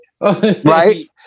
Right